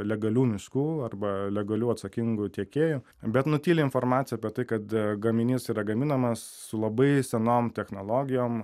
legalių miškų arba legalių atsakingų tiekėjų bet nutyli informaciją apie tai kad gaminys yra gaminamas su labai senom technologijom